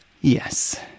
Yes